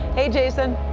hey, jason.